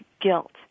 guilt